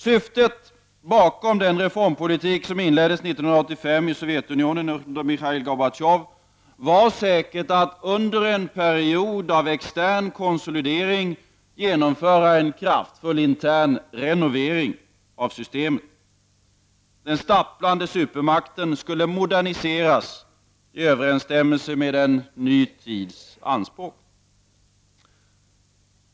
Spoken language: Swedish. Syftet bakom den reformpolitik som inleddes 1985 i Sovjetunionen under Mikhail Gorbatjov var säkert att under en period av extern konsolidering genomföra en kraftfull intern reformering av systemet. Den stapplande supermakten skulle moderniseras i överensstämmelse med en ny tids anspråk.